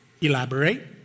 elaborate